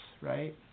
right